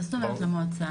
מה זאת אומרת למועצה?